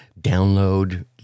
download